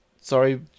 sorry